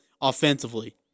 offensively